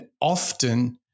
often